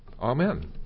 Amen